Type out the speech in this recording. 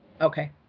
Okay